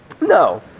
No